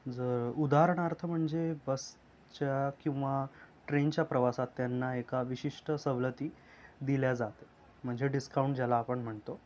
जर उदाहणार्थ म्हणजे बसच्या किंवा ट्रेनच्या प्रवासात त्यांना एका विशिष्ट सवलती दिल्या जात म्हणजे डिस्काऊंट ज्याला आपण म्हणतो